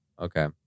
Okay